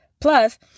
Plus